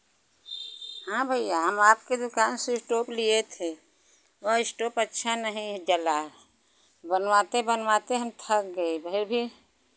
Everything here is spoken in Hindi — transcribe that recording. हाँ भैया हम आपके दुकान से स्टोव लिए थे वह स्टोव अच्छा नहीं जला बनवाते बनवाते हम थक गए फिर भी